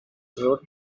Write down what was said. road